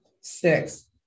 Six